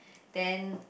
then